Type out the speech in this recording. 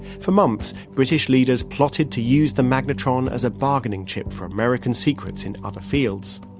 for months, british leaders plotted to use the magnetron as a bargaining chip for american secrets in other fields.